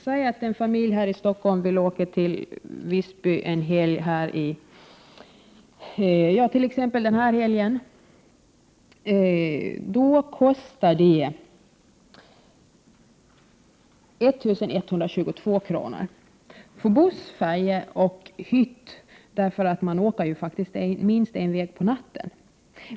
Säg att en familj här i Stockholm vill åka till Visby denna helg. Då kostar det 1 122 kr. för buss, färja och hytt hytt behövs för man åker minst en sträcka på natten.